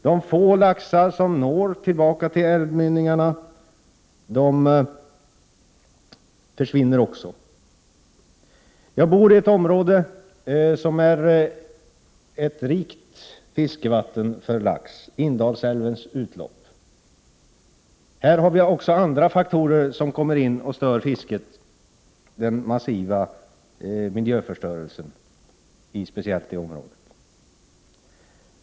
De få laxar som når tillbaka till älvmynningarna försvinner också. Jag bor i ett område där det finns ett rikt laxfiskevatten, vid Indalsälvens utlopp. Här har vi också andra faktorer som stör fisket: den massiva miljöförstörelsen.